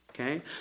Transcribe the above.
okay